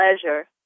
pleasure